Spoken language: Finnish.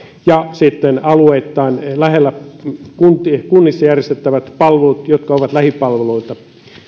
ja sitten alueittain lähellä kunnissa järjestettävät palvelut jotka ovat lähipalveluita